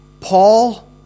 Paul